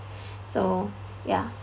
so ya